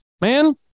man